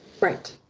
Right